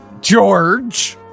George